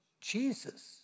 Jesus